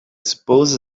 suppose